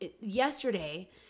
yesterday